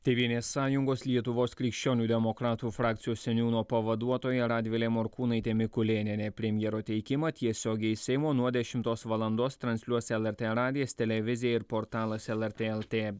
tėvynės sąjungos lietuvos krikščionių demokratų frakcijos seniūno pavaduotoja radvilė morkūnaitė mikulėnienė premjero teikimą tiesiogiai iš seimo nuo dešimtos valandos transliuos lrt radijas televizija ir portalas lrt lt